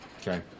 Okay